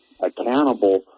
accountable